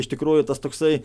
iš tikrųjų tas toksai